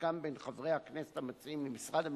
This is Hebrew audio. שהוסכם בין חברי הכנסת המציעים ומשרד המשפטים,